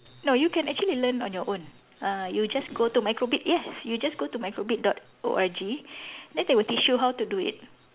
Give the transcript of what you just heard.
no you can actually learn on your own ah you just go to microbit yes you just do to microbit dot O R G then they will teach you how to do it